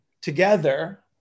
together